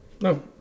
No